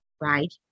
right